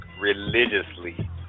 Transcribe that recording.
religiously